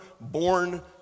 born